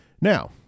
now